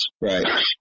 Right